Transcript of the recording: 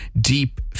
deep